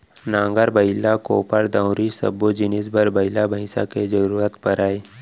नांगर, बइला, कोपर, दउंरी सब्बो जिनिस बर बइला भईंसा के जरूरत परय